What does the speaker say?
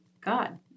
God